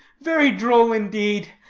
very droll, indeed,